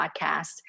podcast